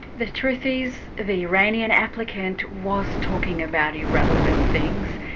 the truth is the iranian applicant was talking about irrelevant things.